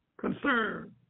concern